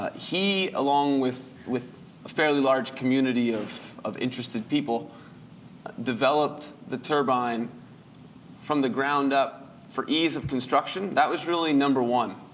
he, along with with a fairly large community of of interested people developed the turbine from the ground up for ease of construction. that was really number one.